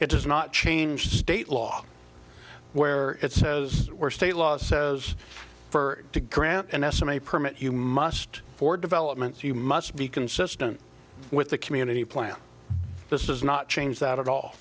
it does not change state law where it says we're state law says for to grant an estimate permit you must for developments you must be consistent with the community plan this is not change that at all